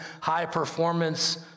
high-performance